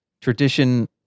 tradition